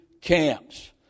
camps